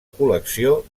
col·lecció